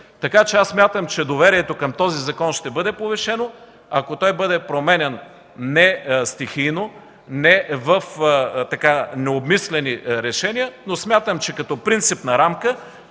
Аз смятам, че доверието към този закон ще бъде повишено, ако той бъде променян не стихийно, не в необмислени решения, но смятам, че като принципна рамка